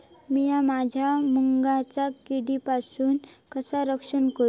मीया माझ्या मुगाचा किडीपासून कसा रक्षण करू?